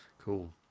Cool